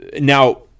now